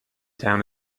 town